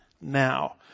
now